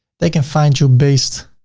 they can find you based